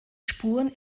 spuren